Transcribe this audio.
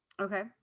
Okay